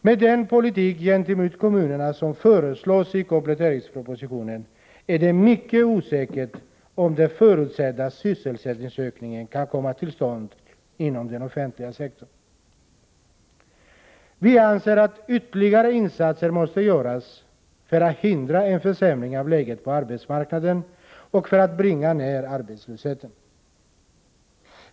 Med den politik gentemot kommunerna som föreslås i kompletteringspropositionen är det mycket osäkert om den förutsedda sysselsättningsökningen kan komma till stånd inom den offentliga sektorn. Vi anser att ytterligare insatser måste göras för att hindra en försämring av läget på arbetsmarknaden och för att bringa ned arbetslösheten.